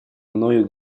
мною